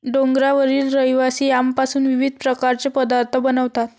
डोंगरावरील रहिवासी यामपासून विविध प्रकारचे पदार्थ बनवतात